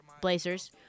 Blazers